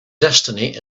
destiny